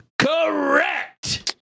Correct